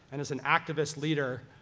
and as an activist leader,